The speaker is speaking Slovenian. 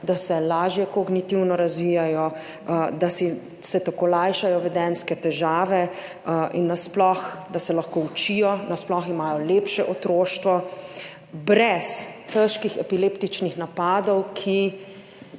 da se lažje kognitivno razvijajo, da se tako lajšajo vedenjske težave in nasploh, da se lahko učijo, nasploh imajo lepše otroštvo, brez težkih epileptičnih napadov, ki,